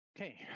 Okay